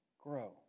grow